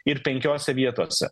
ir penkiose vietose